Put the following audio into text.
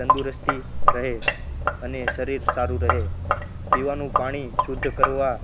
તંદુરસ્તી રહે અને શરીર સારું રહે પીવાનું પાણી શુદ્ધ કરવા